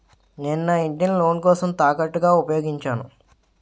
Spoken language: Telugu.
నేను నా ఇంటిని లోన్ కోసం తాకట్టుగా ఉపయోగించాను